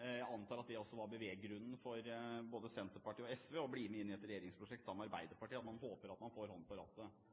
Jeg antar at det også var beveggrunnen for både Senterpartiet og SV til å bli med inn i et regjeringsprosjekt sammen med Arbeiderpartiet, at man håper at man får hånden på rattet.